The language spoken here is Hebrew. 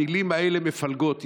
המילים האלה מפלגות.